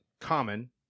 common